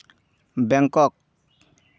Bangkok